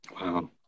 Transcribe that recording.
Wow